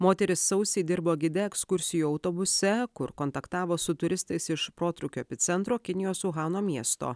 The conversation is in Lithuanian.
moteris sausį dirbo gide ekskursijų autobuse kur kontaktavo su turistais iš protrūkio epicentro kinijos uhano miesto